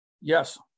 Yes